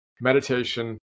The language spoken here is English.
meditation